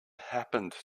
happened